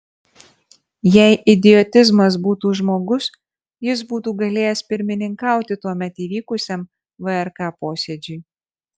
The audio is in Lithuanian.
jei idiotizmas būtų žmogus jis būtų galėjęs pirmininkauti tuomet įvykusiam vrk posėdžiui